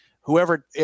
whoever